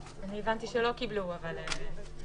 להגביל,